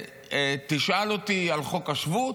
תשאל אותי על חוק השבות,